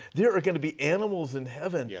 there are going to be animals in heaven. yeah